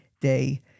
day